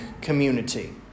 community